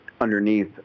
underneath